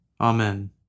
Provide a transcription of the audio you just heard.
Amen